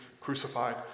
crucified